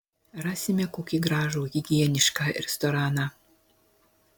rasime kokį gražų higienišką restoraną